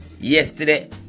yesterday